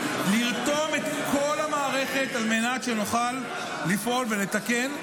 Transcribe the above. לרתום את כל המערכת על מנת שנוכל לפעול ולתקן,